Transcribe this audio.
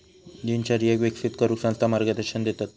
दिनचर्येक विकसित करूक संस्था मार्गदर्शन देतत